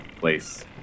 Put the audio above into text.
place